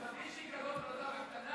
אשמתי שהיא כזאת רזה וקטנה?